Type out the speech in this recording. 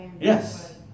Yes